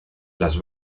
las